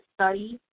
study